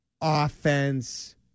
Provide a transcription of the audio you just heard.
offense